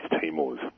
Timor's